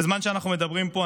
בזמן שאנחנו מדברים פה,